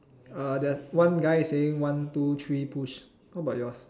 uh there's one guy saying one two three push what about yours